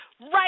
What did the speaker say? right